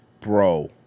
Bro